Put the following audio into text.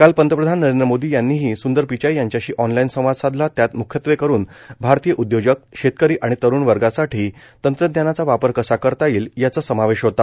काल पंतप्रधान नरेंद्र मोदी यांनीही सुंदर पिचाई यांच्याशी ऑनलाईन संवाद साधला त्यात मुख्यत्वेकरुन भारतीय उद्योजक शेतकरी आणि तरुण वर्गासाठी तंत्रज्ञानाचा वापर कसा करता येईल याचा समावेश होता